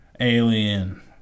alien